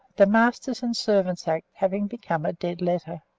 the masters' and servants' act having become a dead letter.